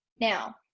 Now